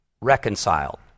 reconciled